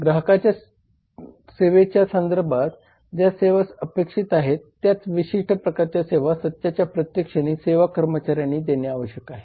ग्राहकाला सेवेच्या संधर्भात ज्या सेवा अपेक्षित आहेत त्याच विशिष्ट प्रकरच्या सेवा सत्याच्या प्रत्येक क्षणी सेवा कर्मचाऱ्यांनी देणे आवश्यक आहे